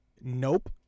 nope